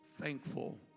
thankful